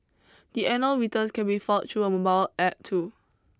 the annual returns can be filed through a mobile App too